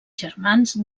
germans